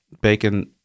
bacon